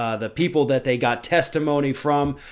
ah the people that they got testimony from,